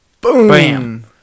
Boom